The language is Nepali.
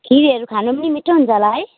खिरहरू खानु पनि मिठो हुन्छ होला है